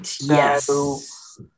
yes